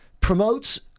promotes